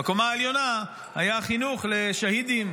בקומה העליונה היה חינוך לשהידים,